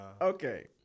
Okay